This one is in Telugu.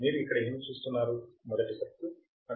మీరు ఇక్కడ ఏమి చూస్తున్నారు మొదటి సర్క్యూట్